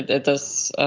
it does